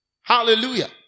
Hallelujah